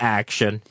action